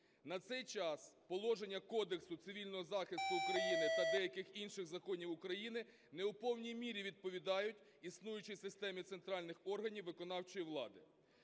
На цей час положення Кодексу цивільного захисту України та деяких інших законів України не в повній мірі відповідають існуючій системі центральних органів виконавчої влади.